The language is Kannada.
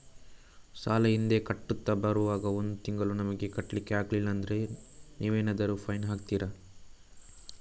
ಸಾಲ ಹಿಂದೆ ಕಟ್ಟುತ್ತಾ ಬರುವಾಗ ಒಂದು ತಿಂಗಳು ನಮಗೆ ಕಟ್ಲಿಕ್ಕೆ ಅಗ್ಲಿಲ್ಲಾದ್ರೆ ನೀವೇನಾದರೂ ಫೈನ್ ಹಾಕ್ತೀರಾ?